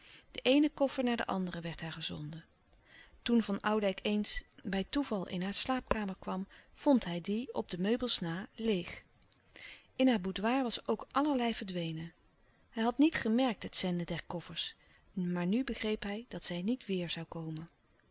den eenen koffer na den anderen werd haar gezonden toen van oudijck eens bij toeval in haar slaapkamer kwam vond hij die op de meubels na leêg in haar boudoir was ook allerlei verdwenen hij had niet gemerkt het zenden der koffers maar nu louis couperus de stille kracht begreep hij dat zij niet weêr zoû komen